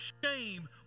shame